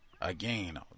again